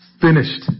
finished